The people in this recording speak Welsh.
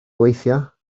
gweithio